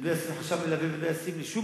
אני לא אשים חשב מלווה ולא אשים ועדה קרואה במקום